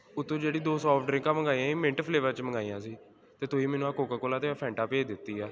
ਉਤੋਂ ਜਿਹੜੀ ਦੋ ਸੋਫਟ ਡਰਿੰਕਾਂ ਮੰਗਵਾਈਆਂ ਸੀ ਮਿੰਟ ਫਲੇਵਰ 'ਚ ਮੰਗਵਾਈਆਂ ਸੀ ਅਤੇ ਤੁਸੀਂ ਮੈਨੂੰ ਆਹ ਕੋਕਾ ਕੋਲਾ ਅਤੇ ਫੈਂਟਾ ਭੇਜ ਦਿੱਤੀ ਆ